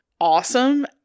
awesome